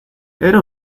era